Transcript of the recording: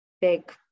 big